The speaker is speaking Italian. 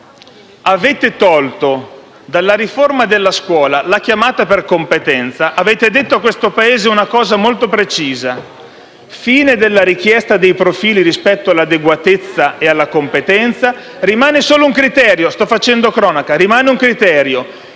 avete tolto dalla riforma della scuola la chiamata per competenza, avete detto a questo Paese una cosa molto precisa: fine della richiesta dei profili rispetto all'adeguatezza e alla competenza; rimane solo un criterio - sto facendo cronaca - quello